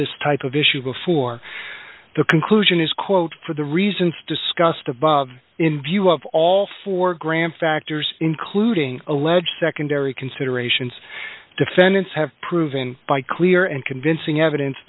this type of issue before the conclusion is quote for the reasons discussed above in view of all d four grand factors including alleged secondary considerations defendants have proven by clear and convincing evidence